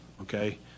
okay